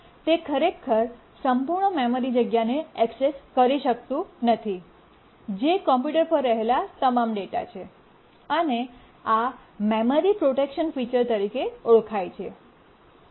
તે ખરેખર સંપૂર્ણ મેમરી જગ્યાને ઍક્સેસ કરી શકતું નથી જે કમ્પ્યુટર પર રહેલ તમામ ડેટા છે અને આ મેમરી પ્રોટેક્શન ફીચર તરીકે ઓળખાય છે